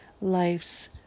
life's